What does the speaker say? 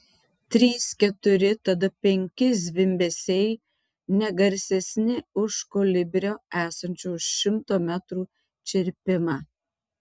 trys keturi tada penki zvimbesiai ne garsesni už kolibrio esančio už šimto metrų čirpimą